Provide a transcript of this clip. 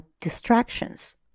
distractions